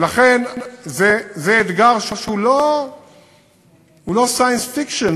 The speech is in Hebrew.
לכן זה אתגר שהוא לא science fiction,